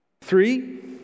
Three